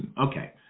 Okay